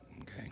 okay